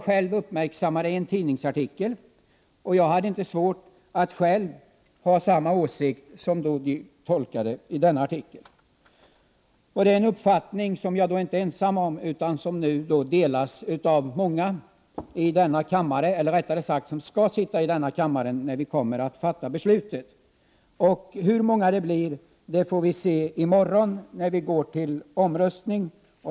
Själv uppmärksammade jag den i en tidningsartikel, och jag hade inte svårt att dela den åsikt som artikeln tolkade. Det är en uppfattning som jag inte är ensam om, utan den delas av många som skall sitta i denna kammare när vi kommer att fatta beslut. Hur många det blir får vi se i morgon, när vi går till omröstning.